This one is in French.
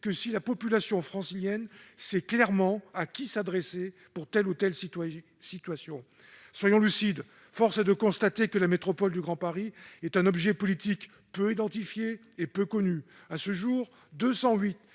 que si la population francilienne sait clairement à qui s'adresser pour telle ou telle situation. Soyons lucides : force est de constater que la métropole du Grand Paris est un objet politique peu identifié et peu connu. À ce jour, 208